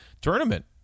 tournament